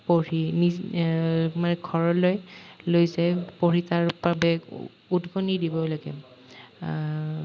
পঢ়ি নিজ মানে ঘৰলৈ লৈ যাই পঢ়ি তাৰ বাবে উদ্গনি দিব লাগে